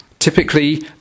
Typically